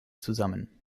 zusammen